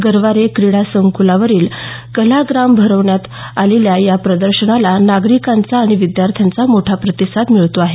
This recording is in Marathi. गरवारे क्रीडा संकूलावरील कलाग्रामवर भरवण्यात आलेल्या या प्रदर्शनाला नागरिकांचा आणि विद्यार्थ्यांचा मोठा प्रतिसाद मिळतो आहे